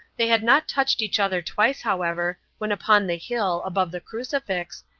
they had not touched each other twice, however, when upon the hill, above the crucifix,